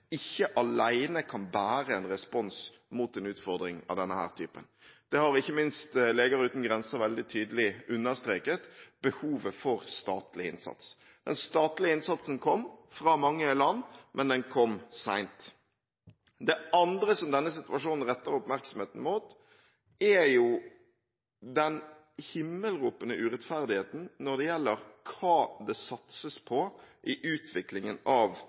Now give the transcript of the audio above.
ikke alene kan bære en respons mot en utfordring av denne typen. Ikke minst Leger Uten Grenser har veldig tydelig understreket behovet for statlig innsats. Den statlige innsatsen kom fra mange land, men den kom sent. Det andre som denne situasjonen retter oppmerksomheten mot, er jo den himmelropende urettferdigheten når det gjelder hva det satses på i utviklingen av